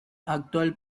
actual